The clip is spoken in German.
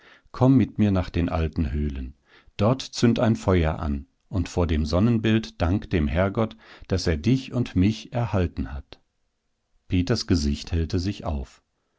komm mit mir nach den alten höhlen dort zünd ein feuer an und vor dem sonnenbild dank dem herrgott daß er dich und mich erhalten hat peters gesicht hellte sich auf